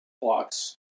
blocks